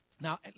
Now